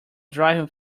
driving